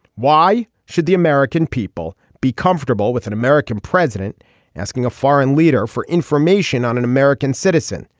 why should the american people be comfortable with an american president asking a foreign leader for information on an american citizen.